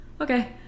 Okay